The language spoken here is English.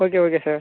okay okay sir